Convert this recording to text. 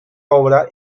obra